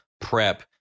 prep